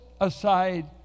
aside